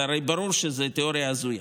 הרי ברור שזאת תיאוריה הזויה.